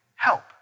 help